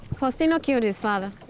faustino killed his father.